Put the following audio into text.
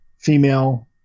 female